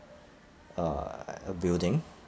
uh a building